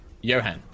Johan